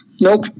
Nope